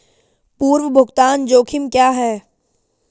पूर्व भुगतान जोखिम क्या हैं?